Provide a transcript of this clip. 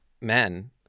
men